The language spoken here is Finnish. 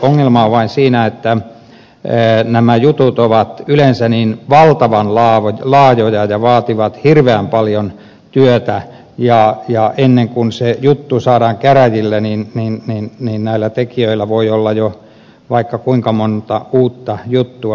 ongelma on vain siinä että nämä jutut ovat yleensä niin valtavan laajoja ja vaativat hirveän paljon työtä ja ennen kuin se juttu saadaan käräjille niin näillä tekijöillä voi olla jo vaikka kuinka monta uutta juttua